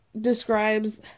describes